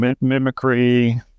mimicry